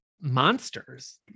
monsters